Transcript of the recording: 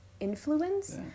influence